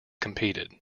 competed